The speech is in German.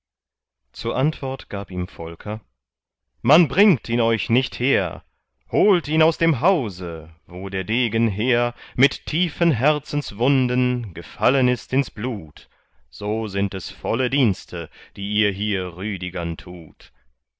zur antwort gab ihm volker man bringt ihn euch nicht her holt ihn aus dem hause wo der degen hehr mit tiefen herzenswunden gefallen ist ins blut so sind es volle dienste die ihr hier rüdigern tut